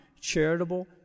charitable